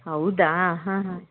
ಹೌದಾ ಹಾಂ ಹಾಂ